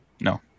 No